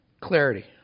Clarity